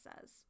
says